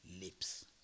lips